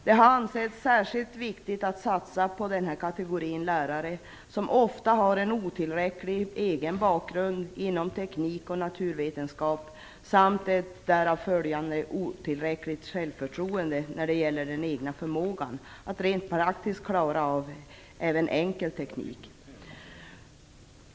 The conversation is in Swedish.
Det har ansetts särskilt viktigt att satsa på den här kategorin lärare som ofta har en otillräcklig egen bakgrund inom teknik och naturvetenskap samt därav följande otillräckligt självförtroende när det gäller den egna förmågan att rent praktiskt klara av även enkel teknik.